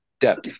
depth